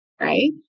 right